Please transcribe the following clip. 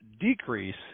decrease